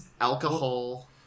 alcohol